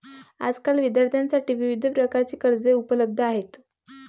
आजकाल विद्यार्थ्यांसाठी विविध प्रकारची कर्जे उपलब्ध आहेत